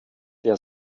der